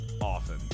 often